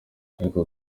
ariko